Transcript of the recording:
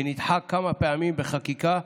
שנדחה כמה פעמים בחקיקה,